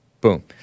boom